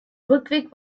rückweg